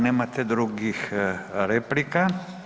Nemate drugih replika.